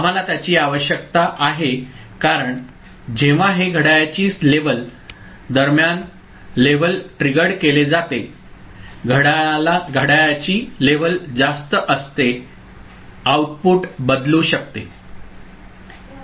आम्हाला त्याची आवश्यकता आहे कारण जेव्हा हे घड्याळाची लेव्हल दरम्यान लेव्हल ट्रिगर्ड केले जाते घड्याळाची लेव्हल जास्त असते आउटपुट बदलू शकते